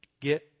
get